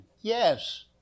yes